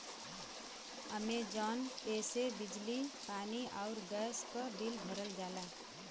Amazon pay से बिजली पानी आउर गैस क बिल भरल जाला